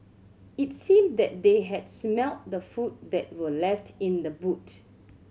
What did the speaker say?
it seemed that they had smelt the food that were left in the boot